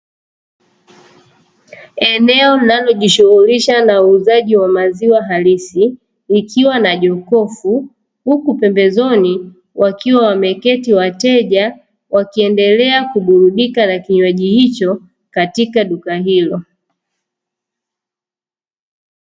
Eneo linalojishughulisha na uuzaji wa maziwa halisi, likiwa na jokofu huku pembezoni wakiwa wameketi wateja, wakiendelea kuburudika na kinywaji hicho katika duka hilo.